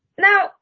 now